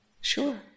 Sure